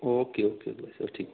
okay okay okay साहब ठीक है